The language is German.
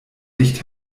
nicht